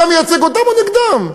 אתה מייצג אותם או נגדם?